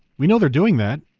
we know they're doing that.